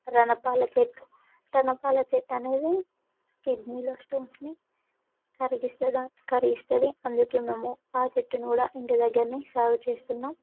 రణపాలచెట్టు రణపాల చెట్టనేవి కిడ్నీలో స్టోన్స్ని కరిగిస్త కరిగిస్తుంది అందుకే మేము ఆ చెట్టును కూడా ఇంటి దగ్గర్నే సాగు చేస్తున్నాం